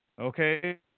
Okay